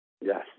Yes